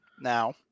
now